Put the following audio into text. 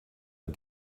und